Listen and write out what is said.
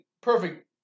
perfect